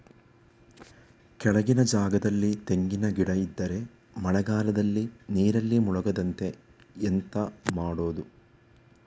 ಕೆಳಗಿನ ಜಾಗದಲ್ಲಿ ತೆಂಗಿನ ಗಿಡ ಇದ್ದರೆ ಮಳೆಗಾಲದಲ್ಲಿ ನೀರಿನಲ್ಲಿ ಮುಳುಗದಂತೆ ಎಂತ ಮಾಡೋದು?